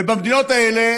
ובמדינות האלה